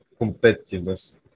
competitiveness